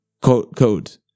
code